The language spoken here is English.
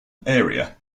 area